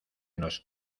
nos